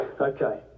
Okay